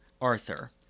Arthur